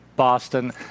Boston